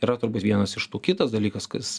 yra turbūt vienas iš tų kitas dalykas kas